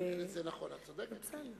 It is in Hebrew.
זה נכון, את צודקת.